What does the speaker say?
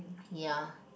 ya